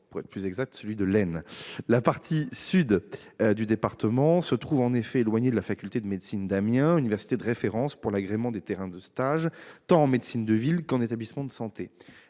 de 50 %. Concernant l'Aisne, la partie sud du département se trouve en effet éloignée de la faculté de médecine d'Amiens, université de référence pour l'agrément des terrains de stage tant en médecine de ville qu'en établissements de santé.